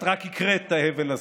את רק הקראת את ההבל הזה.